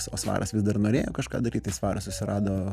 o svaras vis dar norėjo kažką daryt tai svaras susirado